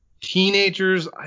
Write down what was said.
Teenagers